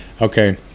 okay